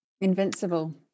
Invincible